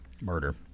murder